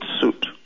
suit